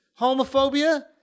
homophobia